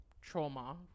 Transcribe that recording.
trauma